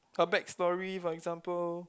her backstory for example